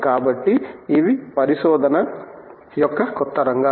కాబట్టి ఇవి పరిశోధన యొక్క కొత్త రంగాలు